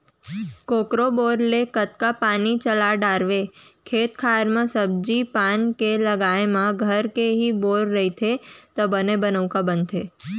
कोकरो बोर ले कतका पानी चला डारवे खेत खार म सब्जी पान के लगाए म घर के ही बोर रहिथे त बने बनउका बनथे